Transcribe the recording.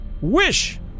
Wish